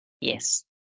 Yes